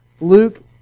Luke